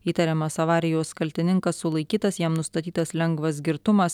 įtariamas avarijos kaltininkas sulaikytas jam nustatytas lengvas girtumas